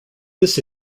this